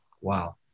Wow